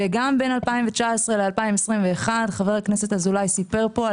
וגם בין 2019 ל-2021 חבר הכנסת אזולאי סיפר פה,